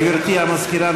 גברתי המזכירה,